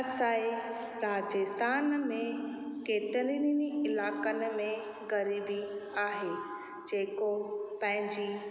असां जे राजस्थान में केतिरनि इलाक़नि में ग़रीबी आहे जेको पंहिंजी